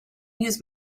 use